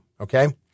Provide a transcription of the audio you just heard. Okay